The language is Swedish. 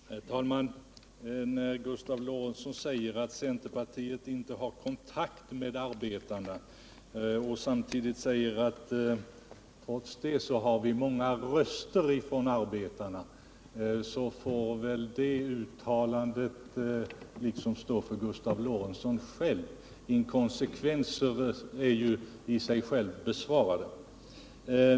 Herr talman! När Gustav Lorentzon säger att centerpartiet inte har kontakt med arbetarna och samtidigt uttalar att vi trots detta får många röster från dem, får väl detta uttalande stå för honom själv. Inkonsekvenser är ju i sig själva besvarade.